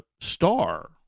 star